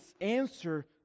answer